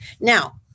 Now